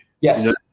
Yes